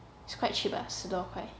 it's quite cheap lah 十多块